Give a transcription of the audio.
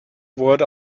wurde